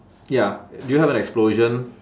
ya do you have an explosion